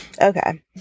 Okay